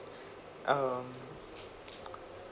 um